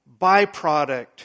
byproduct